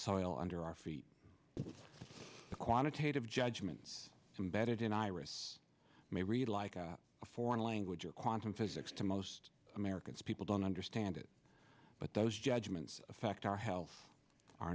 soil under our feet the quantitative judgments imbedded in iris may read like a foreign language or quantum physics to most americans people don't understand it but those judgments affect our health our